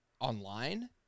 online